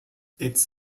its